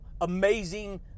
amazing